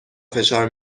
فشار